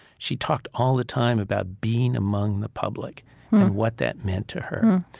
she talked all the time about being among the public and what that meant to her.